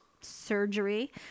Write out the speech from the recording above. surgery